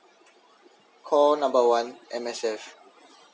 call number one M_S_F